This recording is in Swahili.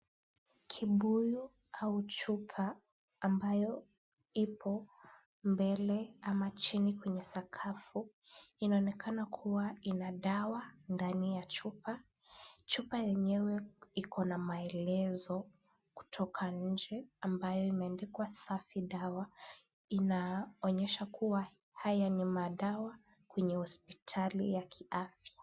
Kibuyu au chupa ambayo ipo mbele ama chini kwenye sakafu. Inaonekana kuwa ina dawa ndani ya chupa. Chupa yenyewe iko na maelezo kutoka nje ambayo imeandikwa safi dawa. Inaonyesha kuwa haya ni madawa kwenye hospitali ya kiafya.